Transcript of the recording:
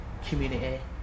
Community